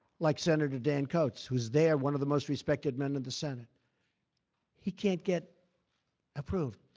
like senator dan coates whose there one of the most respected men of the senate he can't get approved.